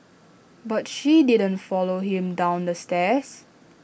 but she did not follow him down the stairs